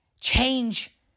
Change